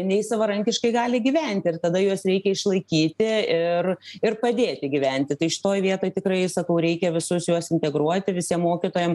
nei savarankiškai gali gyventi ir tada juos reikia išlaikyti ir ir padėti gyventi tai šitoj vietoj tikrai sakau reikia visus juos integruoti visiem mokytojam